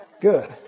Good